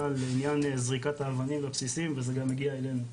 על ענין זריקת האבנים לבסיסים וזה גם מגיע אלינו,